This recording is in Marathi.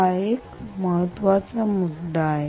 हा एक महत्त्वाचा मुद्दा आहे